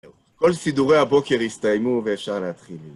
כל סידורי הבוקר הסתיימו, ואפשר להתחיל.